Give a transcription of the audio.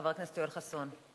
חבר הכנסת יואל חסון.